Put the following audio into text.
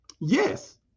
Yes